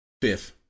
Fifth